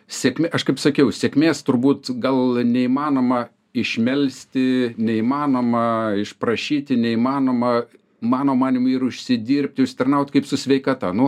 sėkmė aš kaip sakiau sėkmės turbūt gal neįmanoma išmelsti neįmanoma išprašyti neįmanoma mano manymu ir užsidirbti užsitarnaut kaip su sveikata nu